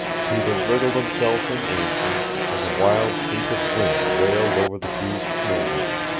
peter wriggled himself in answer, as a wild shriek of wind wailed over the huge snow-dune.